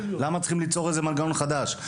למה צריכים ליצור איזה מנגנון חדש?